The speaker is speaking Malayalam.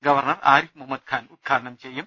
ഗവർണർ ആരിഫ് മുഹമ്മദ് ഖാൻ ഉദ്ഘാടനം ചെയ്യും